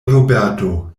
roberto